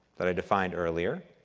that i defined earlier.